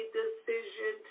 decision